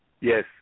Yes